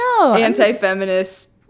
anti-feminist